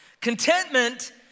Contentment